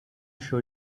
show